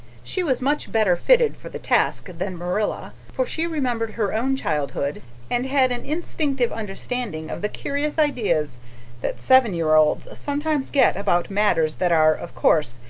she was much better fitted for the task than marilla, for she remembered her own childhood and had an instinctive understanding of the curious ideas that seven-year-olds sometimes get about matters that are, of course,